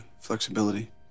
flexibility